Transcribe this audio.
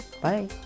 Bye